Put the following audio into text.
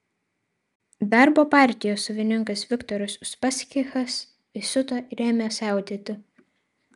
darbo partijos savininkas viktoras uspaskichas įsiuto ir ėmė siautėti